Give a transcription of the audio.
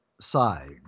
side